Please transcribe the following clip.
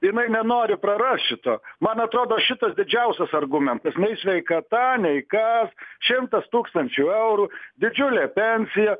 tai jinai nenori prarast šito man atrodo šitas didžiausias argumentas nei sveikata nei kas šimtas tūkstančių eurų didžiulė pensija